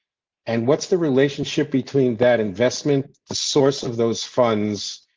and what's the relationship between that investment? the source of those funds.